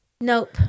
Nope